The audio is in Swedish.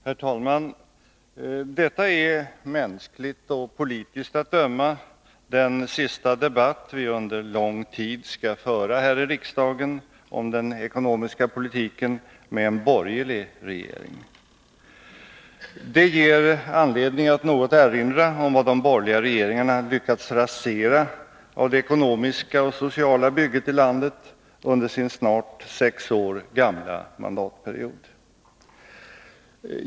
Herr talman! Detta är, mänskligt och politiskt att döma, den sista debatt vi under lång tid skall föra här i riksdagen om den ekonomiska politiken med en borgerlig regering. Det ger anledning att något erinra om vad de borgerliga regeringarna lyckats rasera av det ekonomiska och sociala bygget i landet under den snart sex år gamla mandatperioden.